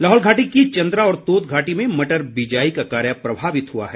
लाहौल घाटी की चंद्रा और तोद घाटी में मटर बिजाई का कार्य प्रभावित हुआ है